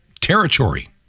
territory